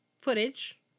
footage